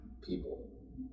people